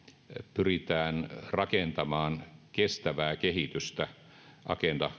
pyritään rakentamaan kestävää kehitystä agenda